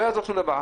לא יעזור שום דבר,